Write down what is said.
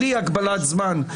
בלי הגבלת זמן,